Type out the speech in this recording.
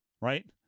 right